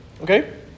Okay